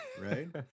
right